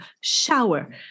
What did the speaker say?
shower